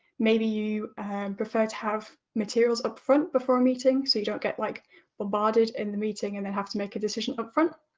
maybe you prefer to have materials up front before a meeting, so you don't get like bombarded in the meeting, and then have to make a decision up front.